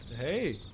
Hey